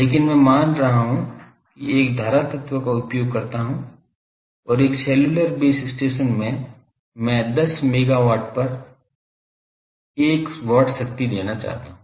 लेकिन मैं मान रहा हूं मैं एक धारा तत्व का उपयोग करता हूं और एक सेल्युलर बेस स्टेशन में मैं 10 मेगावाट पर 1 watt शक्ति देना चाहता हूं